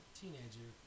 teenager